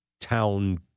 town